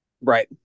Right